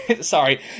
sorry